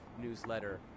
newsletter